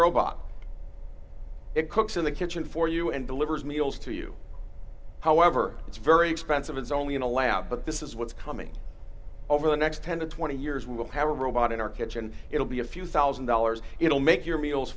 robot it cooks in the kitchen for you and delivers meals to you however it's very expensive it's only in a lab but this is what's coming over the next ten to twenty years we will have a robot in our kitchen it'll be a few one thousand dollars it'll make your meals